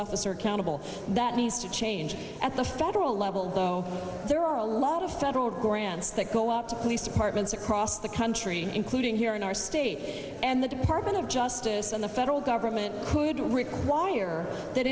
officer accountable that needs to change at the federal level so there are a lot of federal grants that go out to police departments across the country including here in our state and the department of justice in the federal government could require that